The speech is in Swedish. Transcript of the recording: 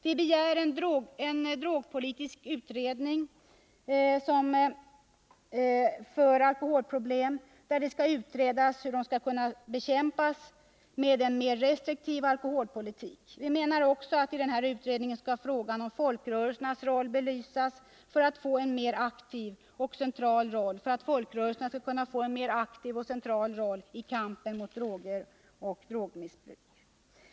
Vi begär en drogpolitisk utredning med uppgift att klargöra hur alkoholproblemen skall kunna bekämpas med en mer restriktiv alkoholpolitik. Vi menar också att i denna utredning frågan om folkrörelsernas roll skall belysas för att dessa skall kunna få en mer aktiv och central roll i kampen mot droger och drogmissbruk.